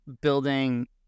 building